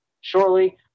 shortly